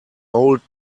old